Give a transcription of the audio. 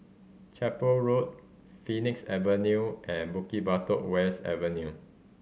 Chapel Road Phoenix Avenue and Bukit Batok West Avenue